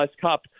Cup